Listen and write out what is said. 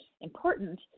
important